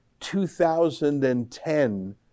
2010